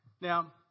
Now